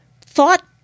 thought